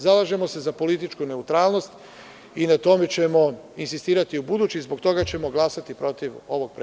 Zalažemo se za političku neutralnost i na tome ćemo insistirati ubuduće i zbog toga ćemo glasati protiv ovog predloga budžeta.